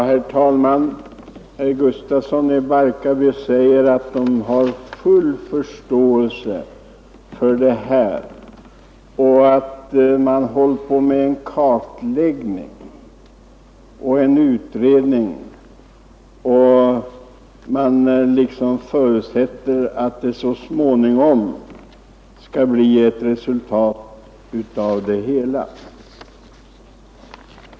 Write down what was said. Herr talman! Herr Gustafsson i Barkarby säger att utskottet har full förståelse för de här problemen och att man hållit på med en kartläggning och en utredning. Man förutsätter att det så småningom skall bli ett resultat av det hela.